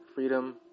freedom